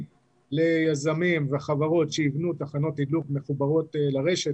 ליזמים וחברות שיבנו תחנות תדלוק מחוברות לרשת,